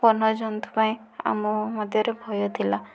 ବନ୍ୟଜନ୍ତୁ ପାଇଁ ଆମ ମଧ୍ୟରେ ଭୟ ଥିଲା